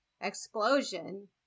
explosion